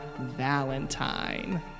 Valentine